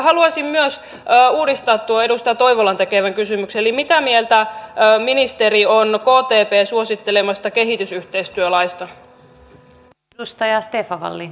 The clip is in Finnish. haluaisin myös uudistaa tuon edustaja toivolan tekemän kysymyksen eli mitä mieltä ministeri on kptn suosittelemasta kehitysyhteistyölaista